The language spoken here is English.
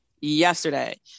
yesterday